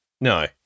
No